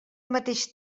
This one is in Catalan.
mateix